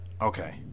Okay